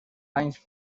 anys